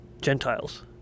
Gentiles